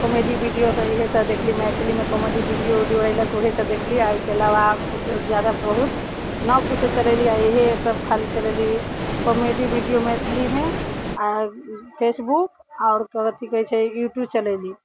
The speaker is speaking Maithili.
काॅमेडी वीडिओ इएहसब देखली मैथिलीमे काॅमेडी वीडिओ उडिओ अएलक वएहसब देखली आओर एहिके अलावा ज्यादा बहुत नहि किछु चलैली आओर इएहसब खाली चलैली काॅमेडी वीडिओ मैथिली मे आओर फेसबुक आओर कथी कहै छै यूटूब चलैली